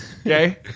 Okay